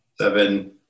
seven